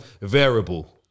variable